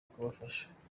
kubafasha